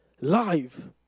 Live